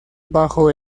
bajo